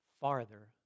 farther